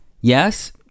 Yes